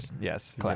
yes